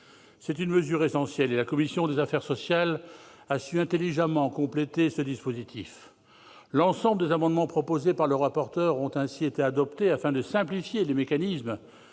C'est une mesure essentielle, et la commission des affaires sociales a su compléter intelligemment ce dispositif. L'ensemble des amendements proposés par le rapporteur a ainsi été adopté, afin de simplifier les mécanismes